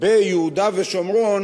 ביהודה ושומרון